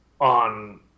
on